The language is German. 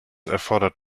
erfordert